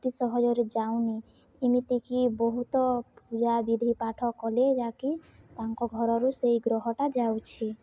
ଅତି ସହଜରେ ଯାଉନି ଏମିତିକି ବହୁତ ପୂଜା ବିିଧି ପାଠ କଲେ ଯାହାକି ତାଙ୍କ ଘରରୁ ସେଇ ଗ୍ରହଟା ଯାଉଛି